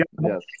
Yes